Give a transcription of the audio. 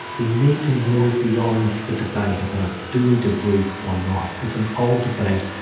we need to move beyond the debate about do we debrief or not, it's an old debate,